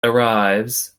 arrives